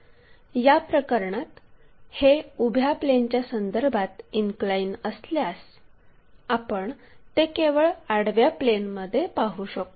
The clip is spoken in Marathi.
याप्रकरणात हे उभ्या प्लेनच्या संदर्भात इनक्लाइन असल्यास आपण ते केवळ आडव्या प्लेनमध्ये पाहू शकतो